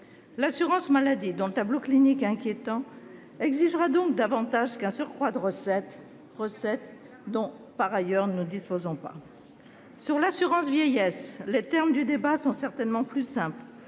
L'assurance maladie, dont le tableau clinique est inquiétant, exigera donc davantage qu'un surcroît de recettes- d'ailleurs, nous n'en disposons pas. Les termes du débat sont certainement plus simples